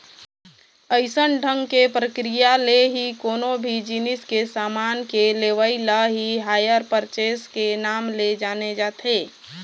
अइसन ढंग के प्रक्रिया ले ही कोनो भी जिनिस के समान के लेवई ल ही हायर परचेस के नांव ले जाने जाथे